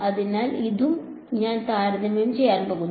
അതിനാൽ ഇതും ഞാൻ താരതമ്യം ചെയ്യാൻ പോകുന്നു